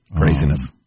Craziness